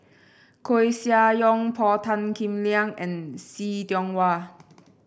Koeh Sia Yong Paul Tan Kim Liang and See Tiong Wah